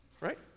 right